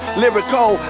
lyrical